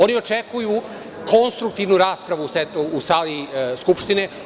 Oni očekuju konstruktivnu raspravu u sali Skupštine.